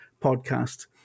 podcast